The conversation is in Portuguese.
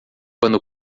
quando